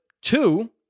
two